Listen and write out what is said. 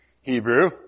Hebrew